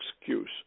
excuse